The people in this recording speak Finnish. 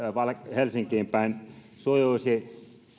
helsinkiin päin sujuisi